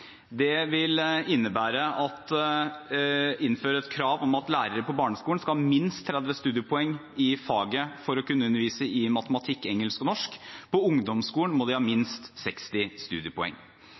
lærerne vil bli innført så raskt som mulig. Det innebærer at lærere på barneskolen skal ha minst 30 studiepoeng i faget for å kunne undervise i matematikk, engelsk og norsk. På ungdomsskolen må de ha